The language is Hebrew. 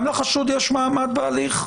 גם לחשוד יש מעמד בהליך?